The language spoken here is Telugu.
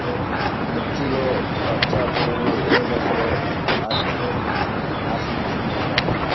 మిర్చిలో పచ్చ పురుగు ఏ దశలో ఆశించును?